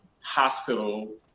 hospital